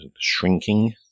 shrinking